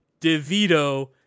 DeVito